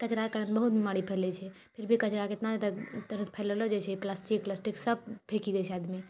कचरा कारण बहुत बीमारी फैलै छै फिर भी कचराके एतना फैइलैलऽ जाइ छै प्लास्टिकसब फेक दै छै आदमी